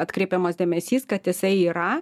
atkreipiamas dėmesys kad jisai yra